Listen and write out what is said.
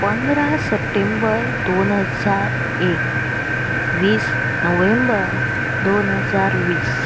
पंदरा सप्टेंबर दोन हजार एक वीस नोव्हेंबर दोन हजार वीस